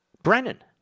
Brennan